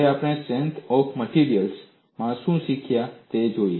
હવે આપણે strength of માટેરિયલ્સમાં શું શીખ્યા તે જોઈએ